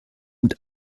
mit